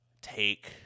take